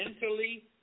mentally